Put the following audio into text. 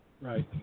Right